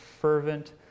fervent